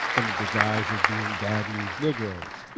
under the guise of being bad news negros